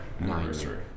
anniversary